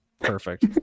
perfect